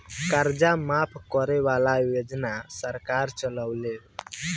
कर्जा माफ करे वाला योजना सरकार चलावेले